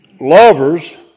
Lovers